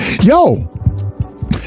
Yo